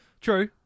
True